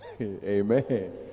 amen